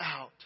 out